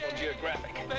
Geographic